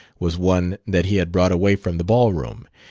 was one that he had brought away from the ball-room.